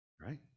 right